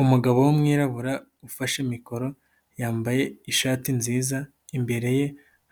Umugabo w'umwirabura ufashe mikoro yambaye ishati nziza, imbere ye